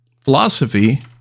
philosophy